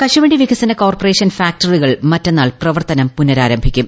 കശുവണ്ടി വികസ്സ് കോർപ്പറേഷൻ ഫാക്ടറികൾ ന് മറ്റെന്നാൾ പ്രവർത്തനം പുനരാരംഭിക്കും